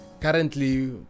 currently